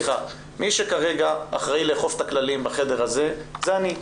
מי שכרגע אחראי לאכוף את הכללים בחדר הזה, זה אני.